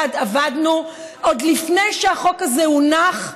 שביחד עבדנו עוד לפני שהחוק הזה הונח,